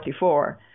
1944